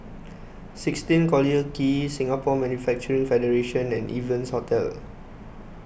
sixteen Collyer Quay Singapore Manufacturing Federation and Evans Hostel